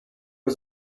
was